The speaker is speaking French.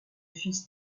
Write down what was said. fils